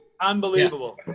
unbelievable